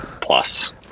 plus